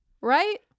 Right